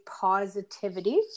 positivity